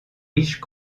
riches